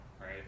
right